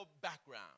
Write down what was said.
background